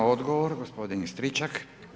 Odgovor gospodin Stričak.